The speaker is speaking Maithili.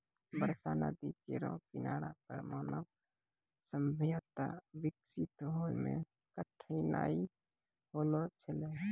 बरसा नदी केरो किनारा पर मानव सभ्यता बिकसित होय म कठिनाई होलो छलै